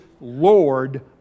Lord